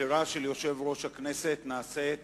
הבחירה של יושב-ראש הכנסת נעשית